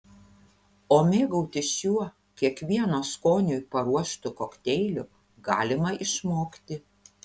o mėgautis šiuo kiekvieno skoniui paruoštu kokteiliu galima išmokti